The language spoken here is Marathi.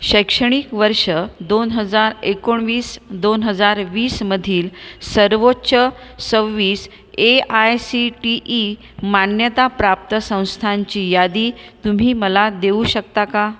शैक्षणिक वर्ष दोन हजार एकोणवीस दोन हजार वीस मधील सर्वोच्च सव्वीस A I C T E मान्यताप्राप्त संस्थांची यादी तुम्ही मला देऊ शकता का